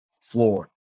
floor